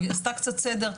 כי היא עשתה קצת סדר,